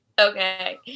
Okay